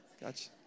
Gotcha